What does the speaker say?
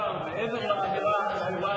אני רק רציתי להשיב לכבוד השר,